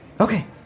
Okay